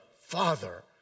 father